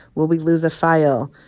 will we lose a file?